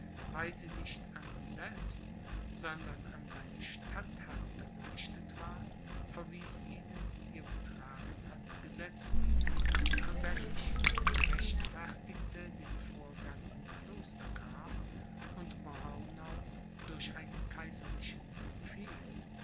weil sie nicht an sie selbst sondern an seine statthalter gerichtet war verwies ihnen ihr betragen als gesetzwidrig und rebellisch rechtfertigte den vorgang in klostergrab und braunau durch einen kaiserlichen befehl